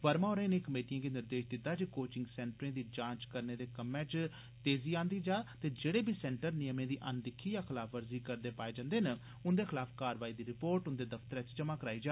वर्मा होरें इनें कमेटियें गी निर्देश दिता जे कोचिंग सेन्टरें दी जांच करने दे कम्मै च तेजी आंदी जा ते जेड़े बी सेन्टर नियमें दी अनदिक्खी या खलाफवर्जी करदे पाए जन्दे न उन्दे खलाफ कारवाई दी रिपोर्ट उन्दे दफ्तरै च जमा कराई जा